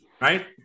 right